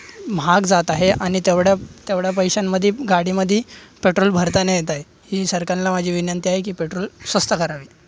महाग जात आहे आणि तेवढ्या तेवढ्या पैश्यांमधी गाडीमधी पेट्रोल भरता नाही येत आहे ही सरकारला माझी विनंती आहे की पेट्रोल स्वस्त करावे